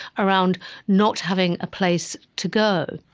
around not having a place to go.